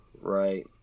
right